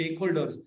stakeholders